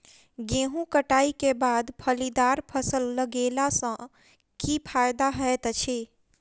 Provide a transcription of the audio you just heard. गेंहूँ कटाई केँ बाद फलीदार फसल लगेला सँ की फायदा हएत अछि?